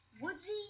woodsy